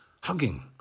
hugging